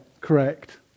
correct